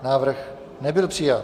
Návrh nebyl přijat.